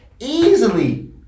easily